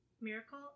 Miracle